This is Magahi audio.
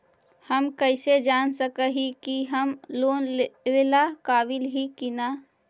हम कईसे जान सक ही की हम लोन लेवेला काबिल ही की ना?